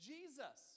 Jesus